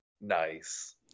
Nice